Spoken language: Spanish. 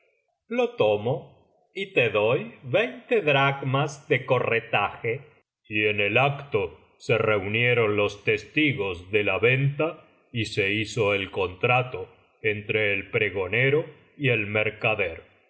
lo tomo y te doy veinte dracmas de corretaje y en el acto se reunieron los testigos de la venta y se hizo el contrato entre el pregonero y el mercader